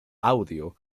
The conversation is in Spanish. audio